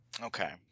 Okay